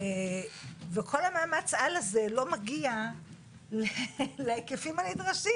וכל מאמץ העל הזה לא מגיע להיקפים הנדרשים.